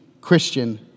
Christian